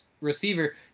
receiver